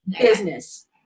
Business